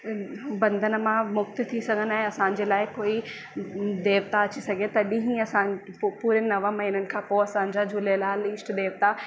बंधन मां मुक्त थी सघनि ऐं असांजे लाइ कोई देवता अची सघे तॾहिं ही असां पु पूरे नव महीननि खां पोइ असांजा झूलेलाल ईष्ट देवता